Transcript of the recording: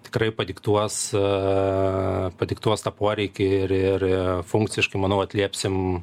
tikrai padiktuos padiktuos tą poreikį ir ir funkciškai manau atliepsim